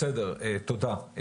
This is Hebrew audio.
תודה.